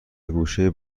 گوشه